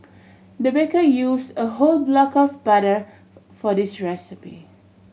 the baker use a whole block of butter for for this recipe